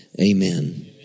Amen